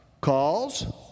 Calls